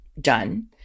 done